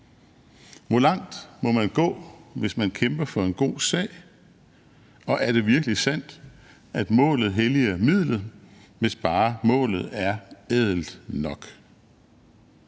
Hvor langt må man gå, hvis man kæmper for en god sag, og er det virkelig sandt, at målet helliger midlet, hvis bare målet er ædelt nok?